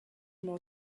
more